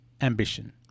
ambition